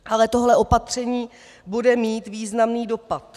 Ale tohle opatření bude mít významný dopad.